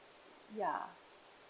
ya